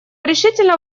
решительно